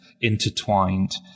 intertwined